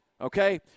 okay